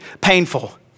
painful